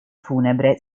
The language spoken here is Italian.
funebre